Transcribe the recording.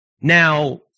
Now